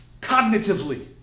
cognitively